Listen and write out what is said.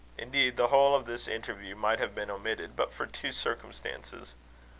indeed, the whole of this interview might have been omitted, but for two circumstances.